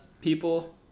people